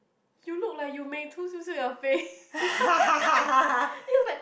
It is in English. you look like you may meitu your face then he was like